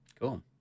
cool